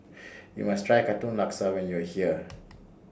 YOU must Try Katong Laksa when YOU Are here